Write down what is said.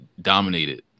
dominated